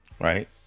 right